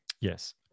yes